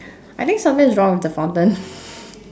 I think something is wrong with the fountain